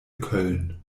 köln